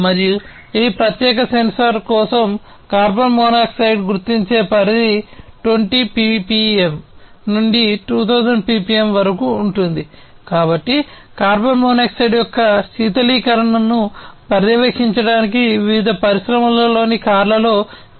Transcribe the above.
మరియు ఈ ప్రత్యేక సెన్సార్ కోసం కార్బన్ మోనాక్సైడ్ను వివిధ పరిశ్రమలలోని కార్లలో దీనిని ఉపయోగించవచ్చు